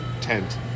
tent